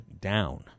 down